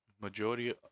majority